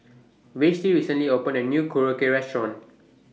Vashti recently opened A New Korokke Restaurant